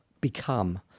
become